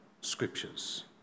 scriptures